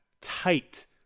tight